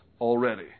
Already